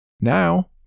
Now